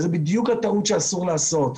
וזו בדיוק הטעות שאסור לעשות.